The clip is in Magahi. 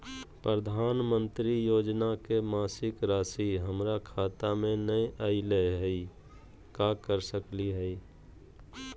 प्रधानमंत्री योजना के मासिक रासि हमरा खाता में नई आइलई हई, का कर सकली हई?